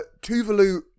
Tuvalu